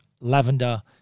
lavender